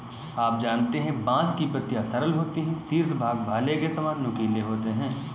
आप जानते है बांस की पत्तियां सरल होती है शीर्ष भाग भाले के सामान नुकीले होते है